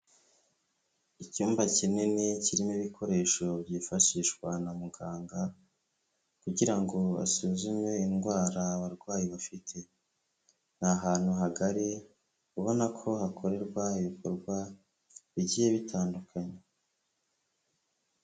Icyumba kinini kirimo ibikoresho byifashishwa na muganga kugira ngo asuzume indwara abarwayi bafite, ni ahantu hagari ubona ko hakorerwa ibikorwa bigiye bitandukanye.